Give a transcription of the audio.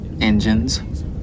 engines